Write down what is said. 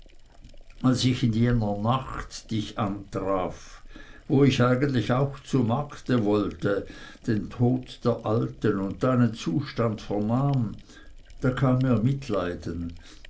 als ich in jener nacht dich antraf wo ich eigentlich auch zu markte wollte den tod der alten und deinen zustand vernahm da kam mir mitleiden